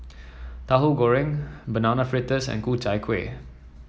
Tahu Goreng Banana Fritters and Ku Chai Kueh